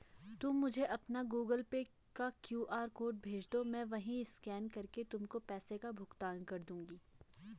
तुम मुझे अपना गूगल पे का क्यू.आर कोड भेजदो, मैं वहीं स्कैन करके तुमको पैसों का भुगतान कर दूंगी